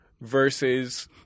versus